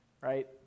right